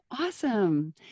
awesome